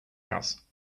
house